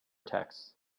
texts